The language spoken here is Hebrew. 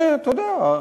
אתה יודע,